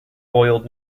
foiled